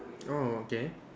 oh okay